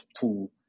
tool